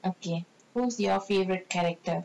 okay who's your favourite character